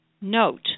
Note